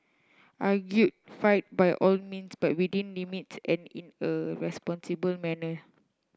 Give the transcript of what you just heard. argue fight by all means but within limits and in a responsible manner